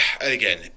again